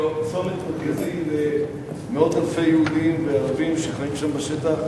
כביש 60 זה צומת מרכזי למאות אלפי יהודים וערבים שחיים שם בשטח,